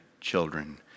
children